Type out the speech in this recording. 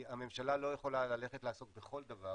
הממשלה לא יכולה לעסוק בכל דבר,